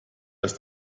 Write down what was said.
ist